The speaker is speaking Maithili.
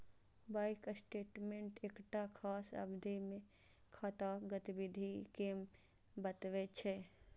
बैंक स्टेटमेंट एकटा खास अवधि मे खाताक गतिविधि कें बतबै छै